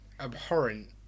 abhorrent